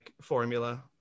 formula